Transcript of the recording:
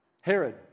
Herod